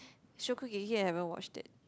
Shokugeki I haven't watched it